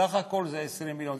בסך הכול זה 20 מיליון.